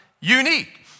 unique